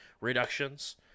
reductions